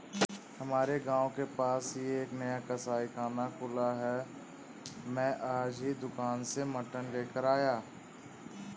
हमारे गांव के पास ही एक नया कसाईखाना खुला है मैं आज ही दुकान से मटन लेकर आया